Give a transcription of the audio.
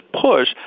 push